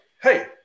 Hey